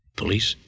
police